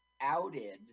outed